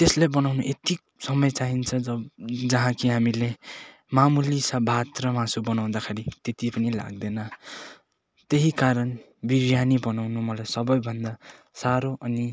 त्यसलाई बनाउनु यति समय चाहिन्छ जब जहाँ कि हामीले मामुली सा भात र मासु बनाउँदाखेरि त्यति पनि लाग्दैन त्यही कारण बिरयानी बनाउनु मलाई सबैभन्दा साह्रो अनि